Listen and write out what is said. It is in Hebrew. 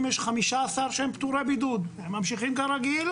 יש 15 שהם פטורי בידוד הם ממשיכים כרגיל.